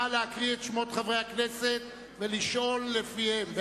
נא להקריא את שמות חברי הכנסת ולשאול לפיהם,